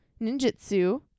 ninjutsu